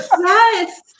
Yes